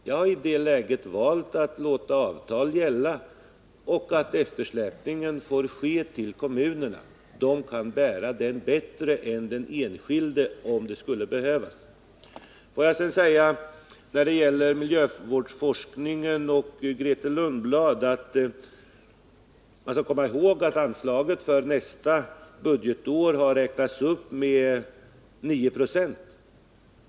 Jag har i det läget valt att låta avtalet gälla, och eftersläpningen får ske till kommunerna. De kan bära den bättre än den enskilde om det skulle behövas. När det gäller miljövårdsforskningen vill jag säga till Grethe Lundblad att man skall komma ihåg att anslaget för nästa budgetår har räknats upp med 9970.